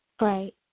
Right